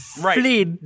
right